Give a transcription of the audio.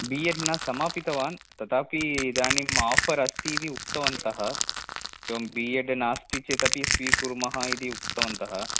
B Ed न समापितवान् तथापि इदानीम् आफ़र् अस्ति इति उक्तवन्तः एवं बि एड् नास्ति चेदपि स्वीकुर्मः इति उक्तवन्तः